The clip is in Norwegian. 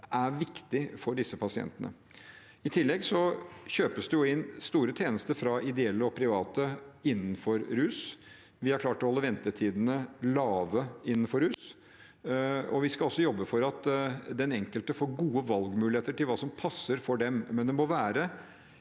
er viktig for disse pasientene. I tillegg kjøpes det inn store tjenester fra ideelle og private innenfor rus. Vi har klart å holde ventetidene lave innenfor rus, og vi skal også jobbe for at den enkelte får gode valgmuligheter med hensyn til hva som passer for dem, men det må være